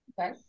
Okay